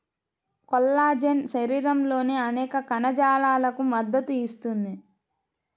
collagen శరీరంలోని అనేక కణజాలాలకు మద్దతు ఇస్తుంది